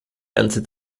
ganze